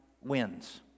wins